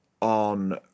on